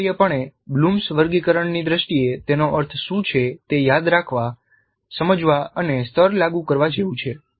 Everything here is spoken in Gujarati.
અનિવાર્યપણે બ્લૂમ્સ વર્ગીકરણની દ્રષ્ટિએ તેનો અર્થ શું છે તે યાદ રાખવા સમજવા અને સ્તર લાગુ કરવા જેવું છે